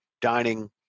dining